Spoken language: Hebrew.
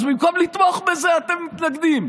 אז במקום לתמוך בזה, אתם מתנגדים.